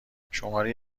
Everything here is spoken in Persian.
شماری